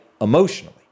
emotionally